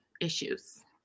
issues